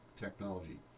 technology